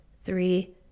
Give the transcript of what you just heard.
three